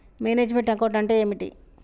Manage meant account అంటే ఏమిటి?